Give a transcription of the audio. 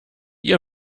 ihr